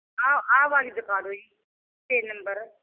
ਆਹ ਆਹ ਵਾਲੀ ਦਿਖਾ ਦਿਓ ਜੀ ਛੇ ਨੰਬਰ